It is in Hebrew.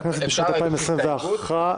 הכנסת בשנת 2021 --- אפשר להגיש הסתייגות?